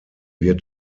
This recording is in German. wird